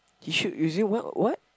he should using what what